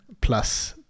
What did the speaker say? plus